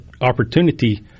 opportunity